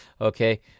okay